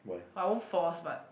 I won't force but